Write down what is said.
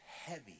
heavy